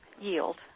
yield